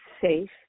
safe